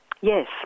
Yes